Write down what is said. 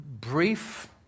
brief